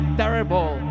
terrible